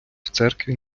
церкві